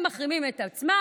הם מחרימים את עצמם?